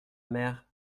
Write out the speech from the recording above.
mère